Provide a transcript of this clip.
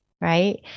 right